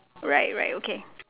right right okay